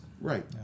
Right